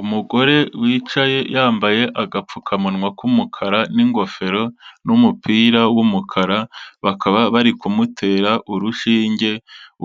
Umugore wicaye yambaye agapfukamunwa k'umukara n'ingofero n'umupira w'umukara, bakaba bari kumutera urushinge,